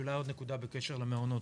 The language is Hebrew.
אולי עוד נקודה בקשר למעונות.